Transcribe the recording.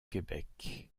québec